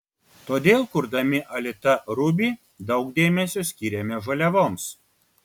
todėl kurdami alita ruby daug dėmesio skyrėme žaliavoms